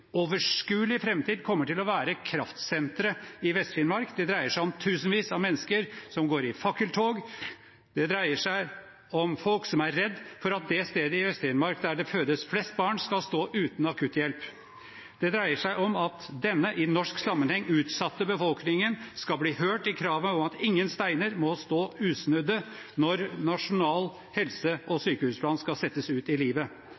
overskuelig framtid kommer til å være kraftsenteret i Vest-Finnmark. Det dreier seg om tusenvis av mennesker som går i fakkeltog. Det dreier seg om folk som er redde for at det stedet i Vest-Finnmark der det fødes flest barn, skal stå uten akutthjelp. Det dreier seg om at denne – i norsk sammenheng – utsatte befolkningen skal bli hørt i kravet om at ingen steiner må stå usnudde når Nasjonal helse- og sykehusplan skal settes ut i livet.